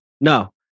No